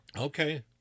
Okay